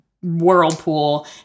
whirlpool